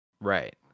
Right